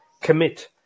commit